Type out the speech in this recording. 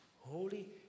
holy